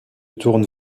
retourne